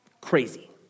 crazy